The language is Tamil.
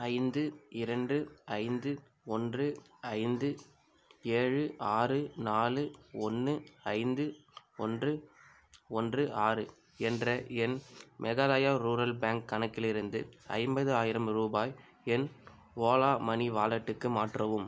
ஐந்து இரண்டு ஐந்து ஒன்று ஐந்து ஏழு ஆறு நாலு ஒன்று ஐந்து ஒன்று ஒன்று ஆறு என்ற என் மேகாலயா ரூரல் பேங்க் கணக்கிலிருந்து ஐம்பதாயிரம் ரூபாய் என் ஓலா மனி வாலெட்டுக்கு மாற்றவும்